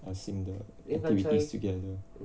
uh 新的 activities together